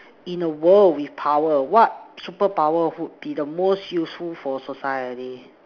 in a world with power what superpower would be the most useful for society